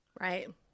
Right